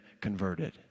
converted